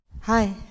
Hi